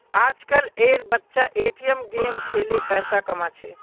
आजकल एर बच्चा ए.टी.एम गेम खेलें पैसा कमा छे